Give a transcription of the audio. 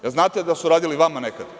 Da li znate da su radili vama nekad?